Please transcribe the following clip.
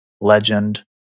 legend